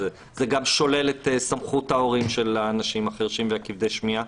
גם שולל את הסמכות ההורית של האנשים החירשים וכבדי השמיעה.